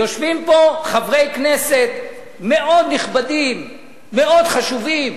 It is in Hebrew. יושבים פה חברי כנסת מאוד נכבדים, מאוד חשובים,